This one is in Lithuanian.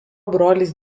brolis